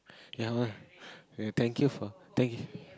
never we thank for thank you